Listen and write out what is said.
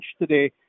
today